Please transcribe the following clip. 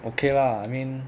okay lah I mean